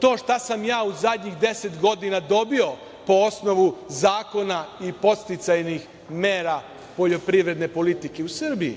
to šta sam ja u zadnjih 10 godina dobio po osnovu zakona i podsticajnih mera poljoprivredne politike u Srbiji,